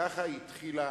ככה התחילה